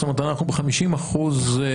זאת אומרת אנחנו ב-50% מהפוטנציאל.